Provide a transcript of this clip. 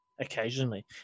occasionally